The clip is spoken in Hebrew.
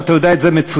ואתה יודע את זה מצוין,